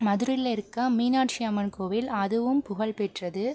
மதுரையில் இருக்கற மீனாட்சி அம்மன் கோவில் அதுவும் புகழ்பெற்றது